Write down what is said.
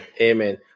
Amen